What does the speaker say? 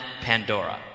Pandora